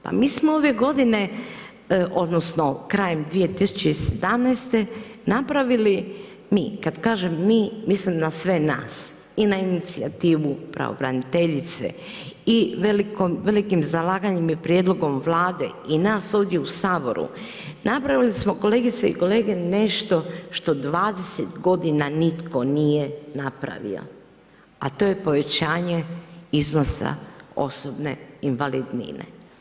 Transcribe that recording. Pa mi smo ove godine, odnosno krajem 2017. napravili, mi, kad kažem mi mislim na sve nas i na inicijativu pravobraniteljice i velikim zalaganjem i prijedlogom Vlade i nas ovdje u Saboru, napravili smo kolegice i kolege nešto što 20 godina nitko nije napravio, a to je povećanje iznosa osobne invalidnine.